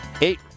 Eight